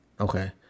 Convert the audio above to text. Okay